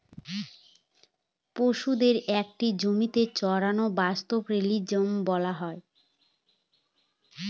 পশুদের একটা জমিতে চড়ানোকে পাস্তোরেলিজম বলা হয়